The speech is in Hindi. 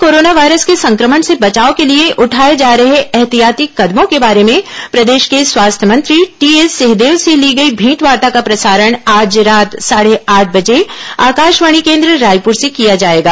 प्रदेश में कोरोना वायरस के संक्रमण से बचाव के लिए उठाए जा रहे ऐहतियाती कदमों के बारे में प्रदेश के स्वास्थ्य मंत्री टीएस सिंहदेव से ली गई भेंटवार्ता का प्रसारण आज रात साढ़े आठ बजे आकाशवाणी केन्द्र रायपुर से किया जाएगा